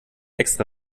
extra